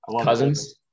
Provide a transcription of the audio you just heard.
Cousins